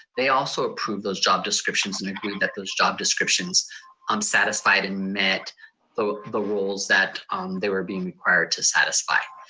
they also approved those job descriptions, and agreed that those job descriptions um satisfied and met the the roles that they were being required to satisfy.